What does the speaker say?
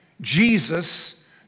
Jesus